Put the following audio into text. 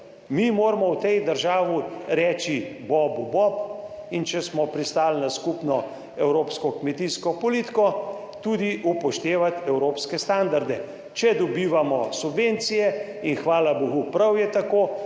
Mi moramo v tej državi reči bobu bob. In če smo pristali na skupno evropsko kmetijsko politiko, tudi upoštevati evropske standarde. Če dobivamo subvencije, in hvala bogu prav je tako,